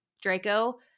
Draco